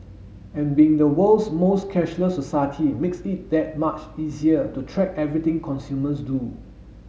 and being the world's most cashless society makes it that much easier to track everything consumers do